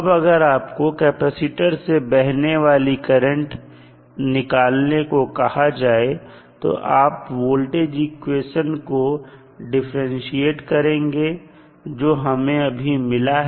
अब अगर आपको कैपेसिटर से बहने वाली करंट निकालने को कहा जाए तो आप वोल्टेज इक्वेशन को डिफरेंटशिएट करेंगे जो हमें अभी मिला है